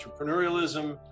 entrepreneurialism